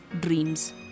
dreams